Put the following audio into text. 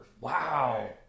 Wow